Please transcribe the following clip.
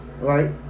right